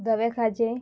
धवे खाजें